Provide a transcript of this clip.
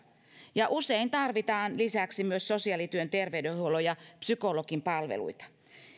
usein tarvitaan lisäksi myös sosiaalityön terveydenhuollon ja psykologin palveluita